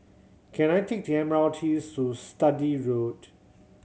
can I take the M R T to Sturdee Road